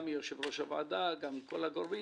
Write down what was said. גם מיושב-ראש הוועדה וגם מכל הגורמים